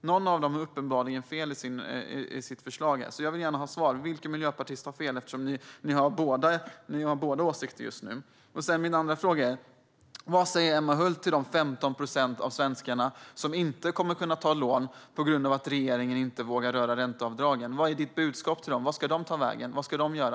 Någon av dem har uppenbarligen fel. Jag vill gärna ha svar på vilken miljöpartist som har fel. Båda åsikter finns ju hos er just nu. För det andra undrar jag vad Emma Hult säger till de 15 procent av svenskarna som inte kommer att kunna ta lån på grund av att regeringen inte vågar röra ränteavdraget. Vad är hennes budskap till dem? Vart ska de ta vägen? Vad ska de göra?